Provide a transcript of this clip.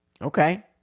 Okay